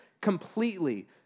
completely